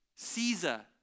Caesar